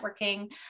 networking